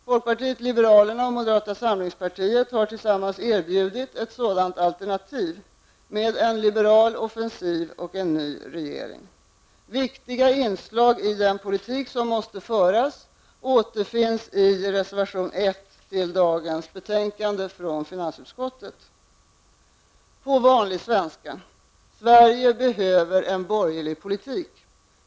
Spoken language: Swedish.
Folkpartiet liberalerna och moderata samlingspartiet har tillsammans erbjudit ett sådant alternativ -- en liberal offensiv och en ny regering. Viktiga inslag i den politik som måste föras återfinns i reservation nr 1 till dagens betänkande från finansutskottet. På vanlig svenska: Sverige behöver en borgerlig politik.